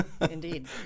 Indeed